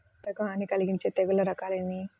పంటకు హాని కలిగించే తెగుళ్ల రకాలు ఎన్ని?